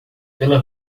pela